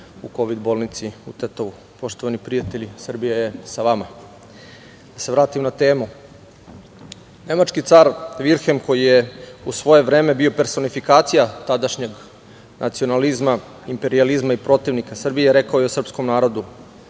u kovid bolnici u Tetovu. Poštovani prijatelji, Srbija je sa vama. Da se vratim na temu. Nemački car Vilhem koji je u svoje vreme bio personifikacija tadašnjeg nacionalizma, imperijalizma i protivnika Srbije, rekao je o srpskom narodu